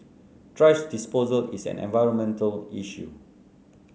thrash disposal is an environmental issue